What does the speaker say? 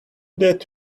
that